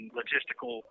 logistical